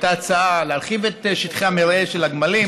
הייתה הצעה להרחיב את שטחי המרעה של הגמלים,